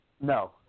No